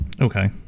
Okay